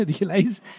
Realize